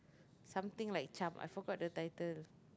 something like charm I forgot the title